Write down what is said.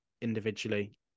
individually